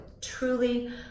Truly